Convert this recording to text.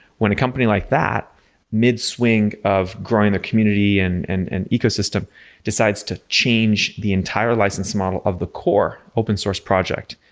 when a company like that mid-swing of growing their community and and and ecosystem decides to change the entire license model of the core open source project,